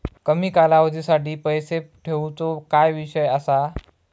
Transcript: कमी कालावधीसाठी पैसे ठेऊचो काय विषय असा?